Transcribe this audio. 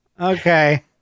Okay